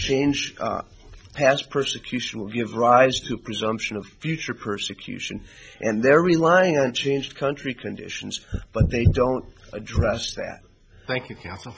change has persecution will give rise to presumption of future persecution and they're relying on change country conditions but they don't address that thank you ca